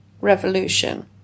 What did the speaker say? revolution